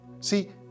See